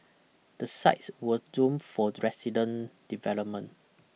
the sites were zoned for resident development